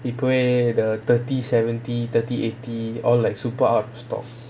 இப்போவே:ippovae the thirty seventy thirty eighty all like super out of stock